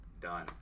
Done